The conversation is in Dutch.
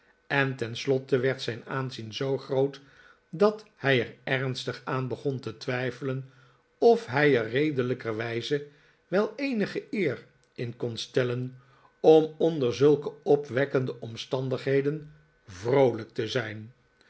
en tenslotte werd zijn aanzien zoo groot dat hij er ernstig aan begon te twijfelen of hij er redelijkerwijze wel eenige eer in kon stellen om onder zulke opwekkende omstandigheden vroolijk te zijn